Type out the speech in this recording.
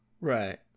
Right